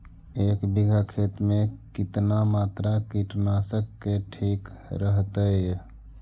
एक बीघा खेत में कितना मात्रा कीटनाशक के ठिक रहतय?